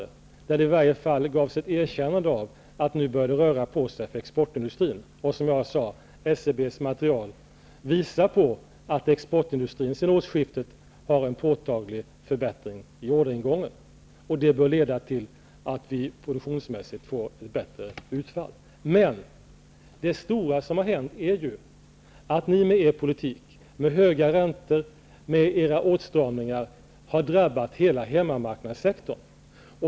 Där gavs det i varje fall ett erkännande av att det nu börjar röra på sig för exportindustrin. Som jag sade: SCB:s material visar att exportindustrin sedan årsskiftet har en påtaglig förbättring i orderingången. Det bör leda till att vi produktionsmässigt får ett bättre utfall. Men det stora som har hänt är att ni med er politik, med höga räntor och med era åtstramningar har drabbat hela hemmamarknadssektorn.